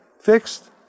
fixed